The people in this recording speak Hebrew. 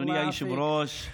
אדוני היושב-ראש,